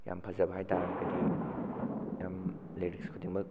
ꯌꯥꯝ ꯐꯖꯕ ꯍꯥꯏꯇꯥꯔꯒꯗꯤ ꯑꯗꯨꯝ ꯂꯤꯔꯤꯛꯁ ꯈꯨꯗꯤꯡꯃꯛ